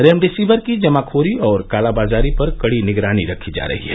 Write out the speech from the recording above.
remdesivir की जमाखोरी और कालाबाजारी पर कडी निगरानी रखी जा रही है